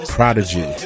Prodigy